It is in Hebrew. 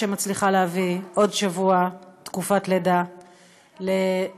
שמצליחה להביא עוד שבוע תקופת לידה לאימהות,